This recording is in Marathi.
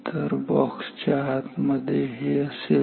तर बॉक्स च्या आत मध्ये हे असेल